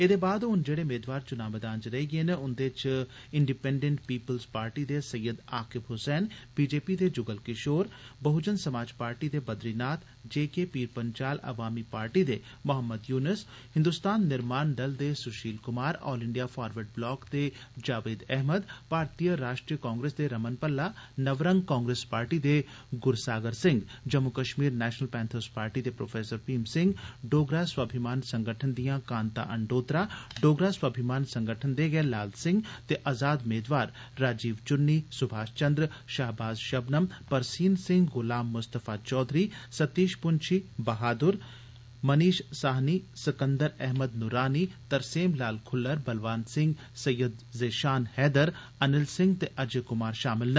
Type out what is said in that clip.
एदे बाद हन जेडे मेदवार चुना मदान च रेही गेदे न उन्दे च इंडीपेंडेंट पीपल्ज पार्टी दे सैयद आक़िब हसैन बीजेपी दे जुगल किशोर बह्जन समाज पार्टी दे बद्रीनाथ जेके पीर पंजाल अवामी पार्टी दे मोहम्मद युनिस हिन्दोस्तान निर्माण दल दे Sushil Kumar all India forward bloc दे जावेद अहमद भारतीय राष्ट्रीय कांग्रेस दे रमण भल्ला नवरंग कांग्रेस पार्टी दे Gursagar Singh Jammu Kashmir national panthers party दे प्रो भीम सिंह डोगरा स्वाभिमान संगठन दियां कांता अंडोत्रा डोगरा स्वाभिमान संगठन दे गै लाल सिंह ते अज़ाद मेदवार राजीव चुन्नी सुभाष चन्द्र शाहबाज़ शबनम परसीन सिंह गुलाम मुस्तफा चौधरी सतीष पुंछी बहाद्र मनीष साहनी सकंदर अहमद नूरानी तरसेम लाल खुल्लर बलवान सिंह सैयद ज़ेशान हैदर अनिल सिंह ते अजय कुमार शामल न